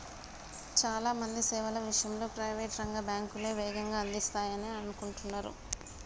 చాలా మంది సేవల విషయంలో ప్రైవేట్ రంగ బ్యాంకులే వేగంగా అందిస్తాయనే అనుకుంటరు